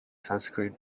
sunscreen